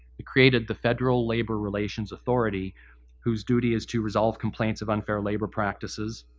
it created the federal labor relations authority whose duty is to resolve complaints of unfair labor practices,